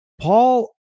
Paul